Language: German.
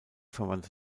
verwandte